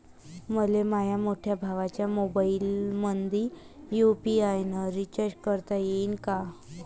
मले माह्या मोठ्या भावाच्या मोबाईलमंदी यू.पी.आय न रिचार्ज करता येईन का?